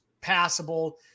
passable